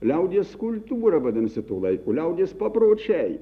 liaudies kultūra vadinasi tų laikų liaudies papročiai